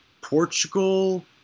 Portugal